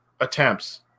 attempts